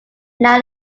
now